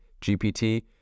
GPT